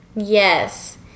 Yes